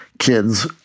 kids